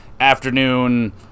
afternoon